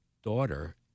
daughter